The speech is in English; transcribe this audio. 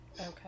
Okay